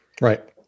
right